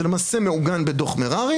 זה למעשה מעוגן בדוח מררי,